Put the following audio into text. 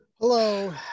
Hello